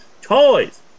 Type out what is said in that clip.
Toys